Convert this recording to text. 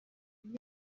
iyo